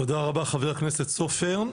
תודה רבה חבר הכנסת סופר,